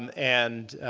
and